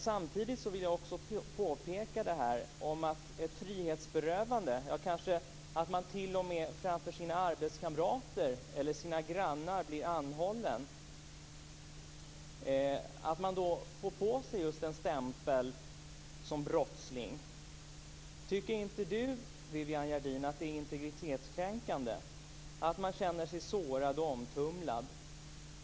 Samtidigt vill jag också påpeka att ett frihetsberövande - man kanske t.o.m. blir anhållen framför sina arbetskamrater eller sina grannar - kan innebära att man får på sig en stämpel som brottsling. Tycker inte Viviann Gerdin att det är integritetskränkande och att man då känner sig sårad och omtumlad?